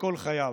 לכל חייו.